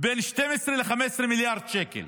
בין 12 ל-15 מיליארד שקל.